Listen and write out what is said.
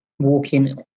Walking